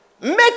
Make